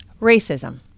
racism